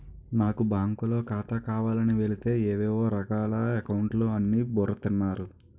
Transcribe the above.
నాకు బాంకులో ఖాతా కావాలని వెలితే ఏవేవో రకాల అకౌంట్లు అని బుర్ర తిన్నారు